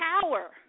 power